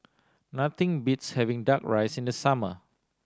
nothing beats having Duck Rice in the summer